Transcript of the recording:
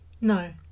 No